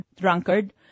drunkard